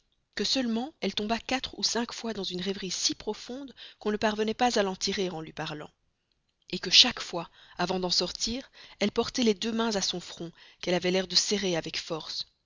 que seulement elle tomba quatre ou cinq fois dans une rêverie si profonde qu'on ne parvenait pas à l'en tirer en lui parlant que chaque fois avant d'en sortir elle portait les deux mains à son front qu'elle avait l'air de serrer avec force